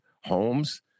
homes